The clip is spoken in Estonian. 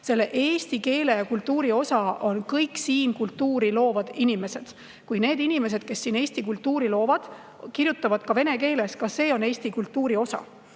keele[ruumi] ja kultuuri osa on kõik siin kultuuri loovad inimesed. Kui need inimesed, kes siin Eesti kultuuri loovad, kirjutavad vene keeles, on ka see Eesti kultuuri osa.